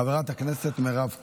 חברת הכנסת מירב כהן,